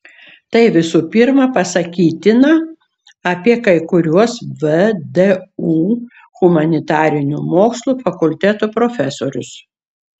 tai visų pirma pasakytina apie kai kuriuos vdu humanitarinių mokslų fakulteto profesorius